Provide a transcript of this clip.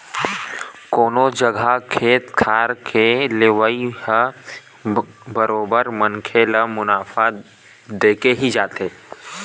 कोनो जघा खेत खार के लेवई ह बरोबर मनखे ल मुनाफा देके ही जाथे